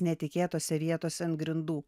netikėtose vietose ant grindų